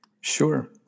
Sure